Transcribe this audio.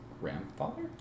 grandfather